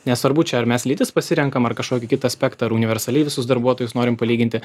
nesvarbu čia ar mes lytis pasirenkam ar kažkokį kitą aspektą ar universaliai visus darbuotojus norim palyginti